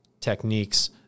techniques